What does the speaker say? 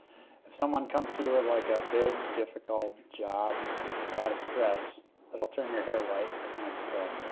if someone comes to you with and like a big difficult job with a lot of stress that will turn your hair white as michael said,